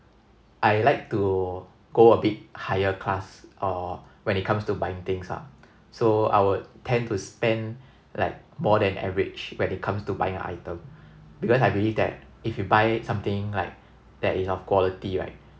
I like to go a bit higher class uh when it comes to buying things ah so I would tend to spend like more than average when it comes to buying an item because I believe that if you buy something like that in of quality right